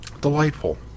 Delightful